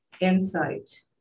insight